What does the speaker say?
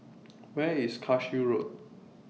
Where IS Cashew Road